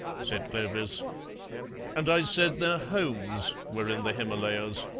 said clovis and i said their homes were in the himalayas.